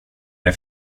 det